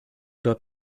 dort